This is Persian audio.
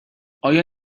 آیا